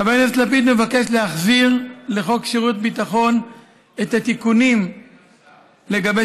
חבר הכנסת לפיד מבקש להחזיר לחוק שירות ביטחון את התיקונים לגבי